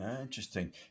Interesting